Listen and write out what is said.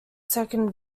second